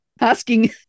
asking